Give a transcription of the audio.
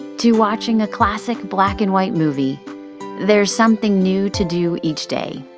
to watching a classic black and white movie there is something new to do each day.